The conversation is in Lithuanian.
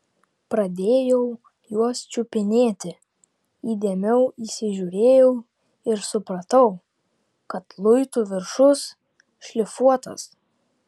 pradėjau juos čiupinėti įdėmiau įsižiūrėjau ir supratau kad luitų viršus šlifuotas